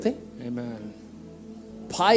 Amen